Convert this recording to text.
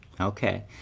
Okay